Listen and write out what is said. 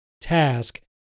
task